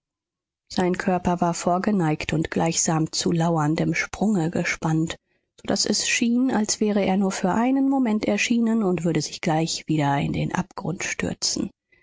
sein körper war vorgeneigt und gleichsam zu lauerndem sprunge gespannt so daß es schien als wäre er nur für einen moment erschienen und würde sich gleich wieder in den abgrund stürzen